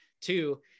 Two